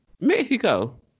Mexico